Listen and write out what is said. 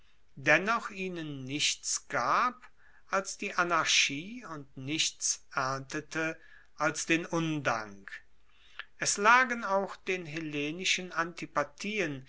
dennoch ihnen nichts gab als die anarchie und nichts erntete als den undank es lagen auch den hellenischen antipathien